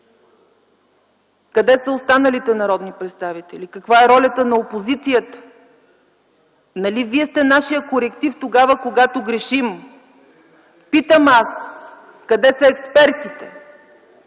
Къде са останалите народни представители, каква е ролята на опозицията? Нали вие сте нашият коректив тогава, когато грешим? Питам аз: къде са експертите,